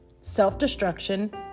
Self-Destruction